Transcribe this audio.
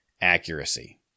accuracy